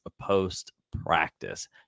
post-practice